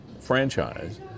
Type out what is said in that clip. franchise